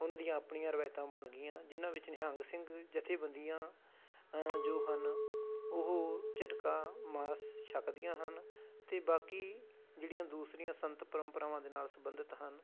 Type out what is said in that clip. ਉਹਨਾਂ ਦੀਆਂ ਆਪਣੀਆਂ ਰਵਾਇਤਾਂ ਬਣ ਗਈਆਂ ਜਿਹਨਾਂ ਵਿੱਚ ਨਿਹੰਗ ਸਿੰਘ ਜਥੇਬੰਦੀਆਂ ਜੋ ਹਨ ਉਹ ਝਟਕਾ ਮਾਸ ਛੱਕਦੀਆਂ ਹਨ ਅਤੇ ਬਾਕੀ ਜਿਹੜੀਆਂ ਦੂਸਰੀਆਂ ਸੰਤ ਪਰੰਪਰਾਵਾਂ ਦੇ ਨਾਲ ਸੰਬੰਧਿਤ ਹਨ